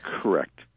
Correct